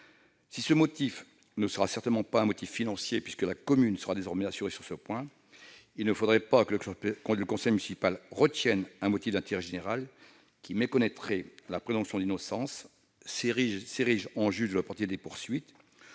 invoqué ne sera certainement pas d'ordre financier, puisque la commune sera désormais assurée sur ce point. Il ne faudrait pas cependant que le conseil municipal retienne un motif d'intérêt général qui méconnaîtrait la présomption d'innocence ni qu'il s'érige en juge de l'opportunité des poursuites